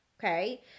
Okay